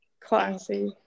classy